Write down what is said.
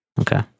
Okay